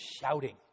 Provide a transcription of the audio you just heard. shouting